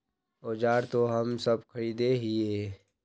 औजार तो हम सब खरीदे हीये?